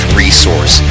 resource